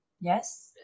yes